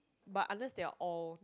but unless they are all